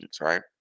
right